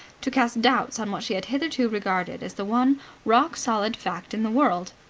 to cast doubts on what she had hitherto regarded as the one rock-solid fact in the world,